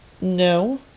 No